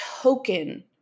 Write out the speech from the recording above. Token